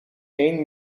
één